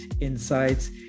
insights